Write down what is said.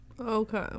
Okay